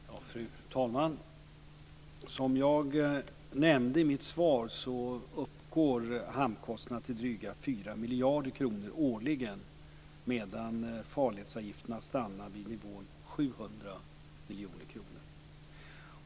Fru talman! Som jag nämnde i mitt svar uppgår hamnkostnaderna till dryga 4 miljarder kronor årligen, medan farledsavgifterna stannar på nivån 900 miljoner kronor.